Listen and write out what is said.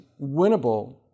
winnable